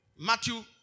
Matthew